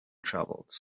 travels